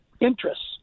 interests